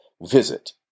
Visit